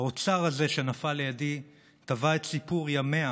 האוצר הזה שנפל לידי טווה את סיפור ימיה